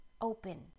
open